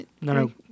no